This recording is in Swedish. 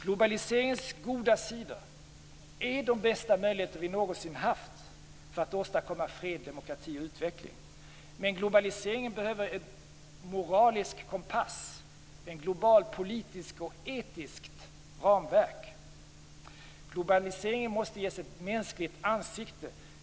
Globaliseringens goda sidor är de bästa möjligheter vi någonsin haft för att åstadkomma fred, demokrati och utveckling. Men globaliseringen behöver en moralisk kompass, ett globalt politiskt och etiskt ramverk. Globaliseringen måste ges ett mänskligt ansikte.